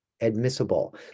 admissible